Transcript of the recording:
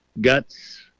guts